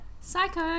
Psycho